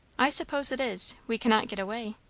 i suppose it is. we cannot get away.